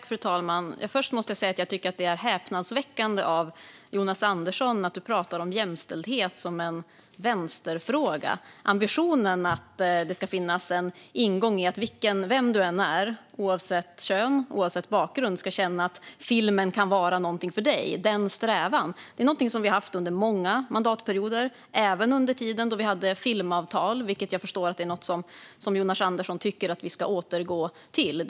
Fru talman! Först måste jag säga att jag tycker att det är häpnadsväckande att Jonas Andersson pratar om jämställdhet som en vänsterfråga. Att det ska finnas en ingång för dig vem du än är, att du oavsett kön och bakgrund ska känna att filmen kan vara något för dig, den strävan har vi haft under många mandatperioder - även under tiden då vi hade filmavtal, vilket jag förstår är något som Jonas Andersson tycker att vi ska återgå till.